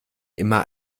immer